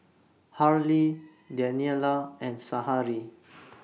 Harley Daniella and Sahari